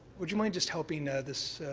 would you mind just helping ah this